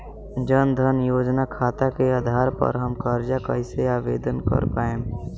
जन धन योजना खाता के आधार पर हम कर्जा कईसे आवेदन कर पाएम?